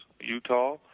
Utah